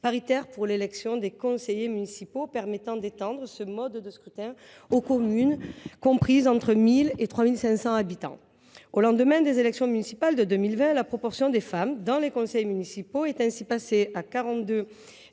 paritaire pour l’élection des conseillers municipaux, permettant d’étendre ce mode de scrutin aux communes comprises entre 1 000 et 3 500 habitants. Au lendemain des élections municipales de 2020, la proportion des femmes siégeant dans les conseils municipaux est ainsi passée à 42,4